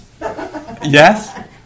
Yes